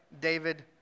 David